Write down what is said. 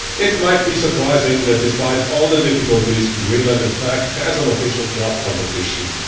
it might be surprising that despite all the difficulties greenland in fact has an official club competition,